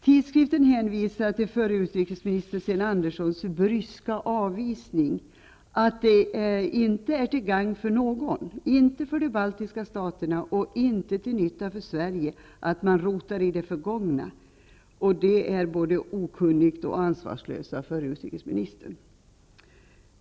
Tidskriften hänvisar till förre utrikesministern Sten Anderssons bryska avvisning att det inte är till gagn för någon, inte för de baltiska staterna och inte för Sverige, att rota i det förgångna. Att uttala sig på detta sätt som förre utrikesministern gjorde är både okunnigt och ansvarslöst.